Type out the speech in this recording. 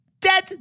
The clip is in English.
Dead